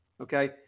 Okay